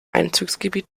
einzugsgebiet